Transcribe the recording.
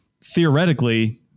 theoretically